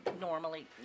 normally